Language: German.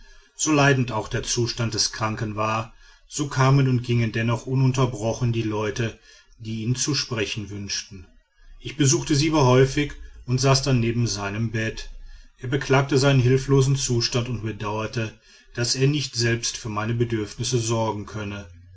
so leidend auch der zustand des kranken war so kamen und gingen dennoch ununterbrochen die leute die ihn zu sprechen wünschten ich besuchte siber häufig und saß dann neben seinem bett er beklagte seinen hilflosen zustand und bedauerte daß er nicht selbst für meine bedürfnisse sorgen könne